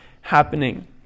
happening